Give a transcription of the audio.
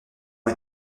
ont